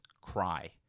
cry